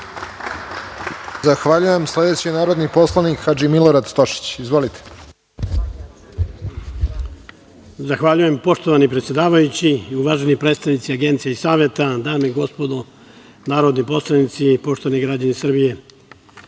Zahvaljujem. Sledeći je narodni poslanik Hadži Milorad Stošić. Izvolite. **Hadži Milorad Stošić** Zahvaljujem. Poštovani predsedavajući, uvaženi predstavnici Agencije i Saveta, dame i gospodo narodni poslanici, poštovani građani Srbije,